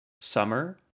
summer